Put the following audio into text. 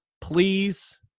Please